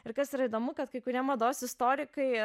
ir kas yra įdomu kad kai kurie mados istorikai